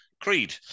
Creed